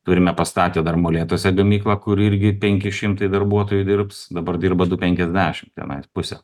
turime pastatę dar molėtuose gamyklą kur irgi penki šimtai darbuotojų dirbs dabar dirba du penkiasdešim tenais pusė